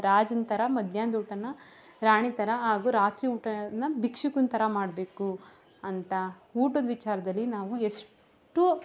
ರಾಜನ ಥರ ಮದ್ಯಾಹ್ನದ ಊಟನ ರಾಣಿ ಥರ ಹಾಗೂ ರಾತ್ರಿ ಊಟನ ಬಿಕ್ಷುಕನ ತರ ಮಾಡಬೇಕು ಅಂತ ಊಟದ ವಿಚಾರದಲ್ಲಿ ನಾವು ಎಷ್ಟು